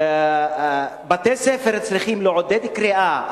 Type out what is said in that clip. בתי-ספר צריכים לעודד קריאה.